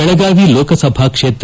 Belagavi ಲೋಕಸಭಾಕ್ಷೇತ್ರ